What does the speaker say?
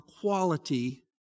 quality